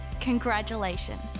congratulations